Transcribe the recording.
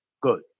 Good